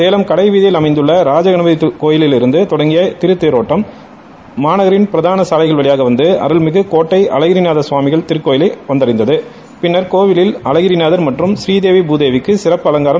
சேலம் கடைவீதியில் அமைந்துள்ள ராஜகணபதி கோயிலிருந்து தொடங்கிய திருத்தேரோட்டம் மாநகரின் பிரதான சாலைகள் வழிபாக வந்து அருள்மிகு கோட்டை அழகிரி நூதர் கவாமி திருக்கோயிலை வந்தலடந்தது பின்னர் கோயிலில் அழகிரி நூதர் மற்றும் ஸ்ரீகேவி பூதேவிக்கு சிறப்பு அலங்காரம்